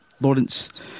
Lawrence